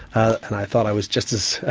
and i thought i was just as, ah